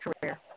career